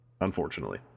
unfortunately